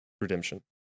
Redemption